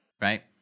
Right